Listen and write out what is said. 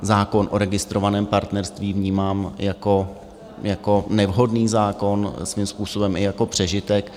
Zákon o registrovaném partnerství vnímám jako nevhodný zákon, svým způsobem i jako přežitek.